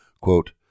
Quote